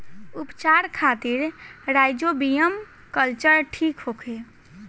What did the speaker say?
उपचार खातिर rhizobium culture ठीक होखे?